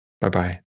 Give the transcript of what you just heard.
bye-bye